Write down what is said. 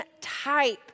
type